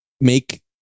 Make